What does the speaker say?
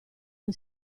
non